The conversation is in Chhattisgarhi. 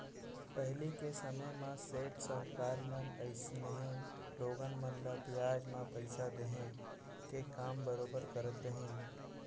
पहिली के समे म सेठ साहूकार मन अइसनहे लोगन मन ल बियाज म पइसा देहे के काम बरोबर करत रहिन